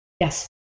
Yes